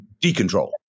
decontrol